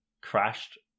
crashed